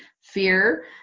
fear